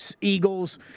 Eagles